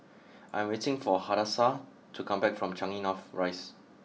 I am waiting for Hadassah to come back from Changi North Rise